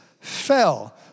fell